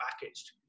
packaged